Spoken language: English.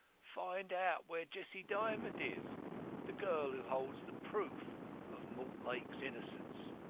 find out where jessie dymond is the girl who holds the proof of mortlake's innocence.